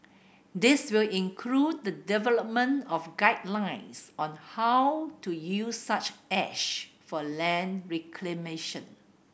this will include the development of guidelines on how to use such ash for land reclamation